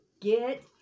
Get